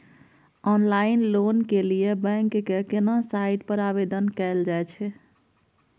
Online loan के लिए bank के केना साइट पर आवेदन कैल जाए छै?